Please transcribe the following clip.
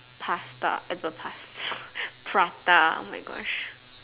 pasta ever pass prata oh my gosh